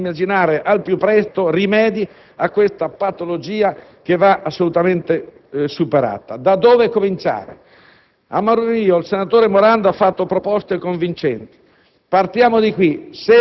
e sforziamoci di immaginare al più presto rimedi a questa patologia che va assolutamente superata. Da dove cominciare? Il senatore Morando ha fatto proposte convincenti.